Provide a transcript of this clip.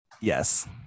Yes